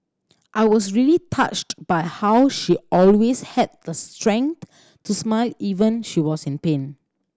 I was really touched by how she always had the strength to smile even she was in pain